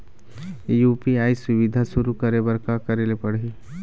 UPI सुविधा शुरू करे बर का करे ले पड़ही?